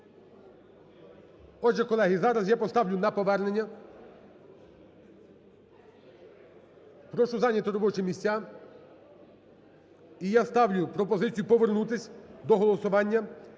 Отже, колеги, зараз я поставлю на повернення. Прошу зайняти робочі місця. І я ставлю пропозицію повернутися до голосування